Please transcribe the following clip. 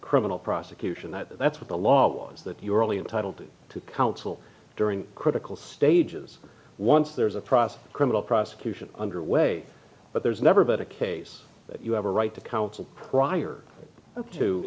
criminal prosecution that's what the law was that you are only entitled to counsel during critical stages once there's a process of criminal prosecution under way but there's never been a case that you have a right to counsel prior to